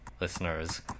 listeners